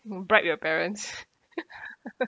mm bribe your parents